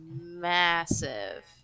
massive